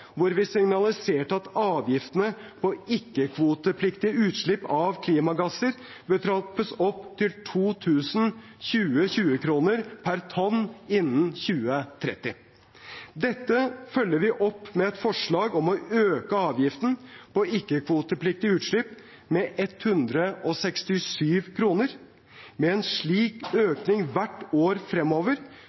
hvor vi signaliserte at avgiftene på ikke-kvotepliktige utslipp av klimagasser bør trappes opp til 2 000 2020-kroner per tonn innen 2030. Dette følger vi opp med et forslag om å øke avgiften på ikke-kvotepliktige utslipp med 167 kr. Med en slik økning hvert år fremover